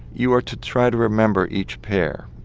you are to try to remember each pair.